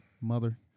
mother